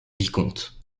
vicomte